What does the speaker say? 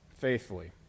faithfully